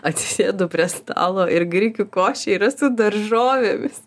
atsisėdu prie stalo ir grikių košė yra su daržovėmis